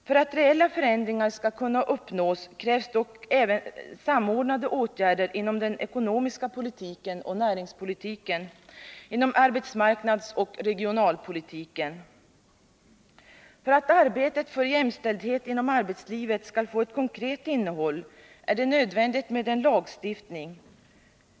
För att reella förändringar skall kunna uppnås krävs dock även samordnade åtgärder inom den ekonomiska politiken och näringspolitiken, inom arbetsmarknadsoch regionalpolitiken. För att arbetet för jämställdhet inom arbetslivet skall få ett konkret innehåll är det nödvändigt med en lagstiftning.